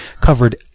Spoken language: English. covered